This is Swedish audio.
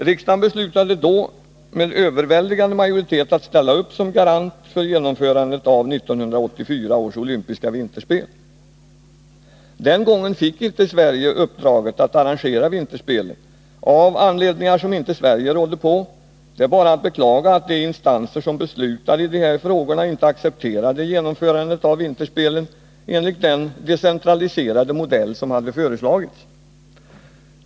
Riksdagen beslutade då med överväldigande majoritet att staten skulle ställa upp som garant för genomförandet av 1984 års olympiska vinterspel. Sverige fick emellertid inte då uppdraget att arrangera vinterspelen av anledningar som inte Sverige rådde på. Det är bara att beklaga att de instanser som beslutar i de här frågorna inte accepterade genomförandet av vinterspelen enligt den decentraliserade modell som hade föreslagits.